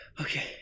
Okay